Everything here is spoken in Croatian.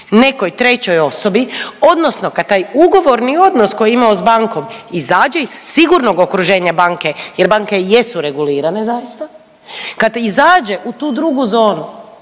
nekoj trećoj osobi odnosno kada taj ugovorni odnos koji je imao s bankom izađe iz sigurnog okruženja banke, jer banke jesu regulirane zaista, kad izađe u tu drugu zonu